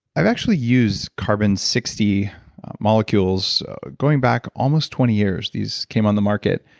i've actually used carbon sixty molecules going back almost twenty years, these came on the market.